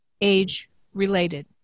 age-related